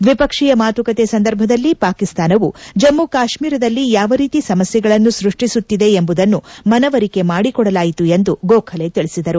ದ್ವಿಪಕ್ಷೀಯ ಮಾತುಕತೆ ಸಂದರ್ಭದಲ್ಲಿ ಪಾಕಿಸ್ತಾನವು ಜಮ್ಮು ಕಾಶ್ಲೀರದಲ್ಲಿ ಯಾವ ರೀತಿ ಸಮಸ್ಯೆಗಳನ್ನು ಸ್ಪಷ್ಟಿಸುತ್ತಿದೆ ಎಂಬದನ್ನು ಮನವರಿಕೆ ಮಾಡಿಕೊಡಲಾಯಿತು ಎಂದು ಗೋಖಲೆ ತಿಳಿಸಿದರು